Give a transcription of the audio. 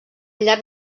llarg